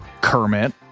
Kermit